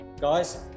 Guys